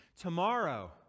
Tomorrow